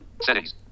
Settings